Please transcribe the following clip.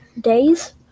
days